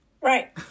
Right